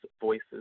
Voices